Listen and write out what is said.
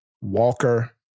Walker